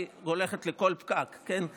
היא הולכת לכל פקק כשצריך תקנים.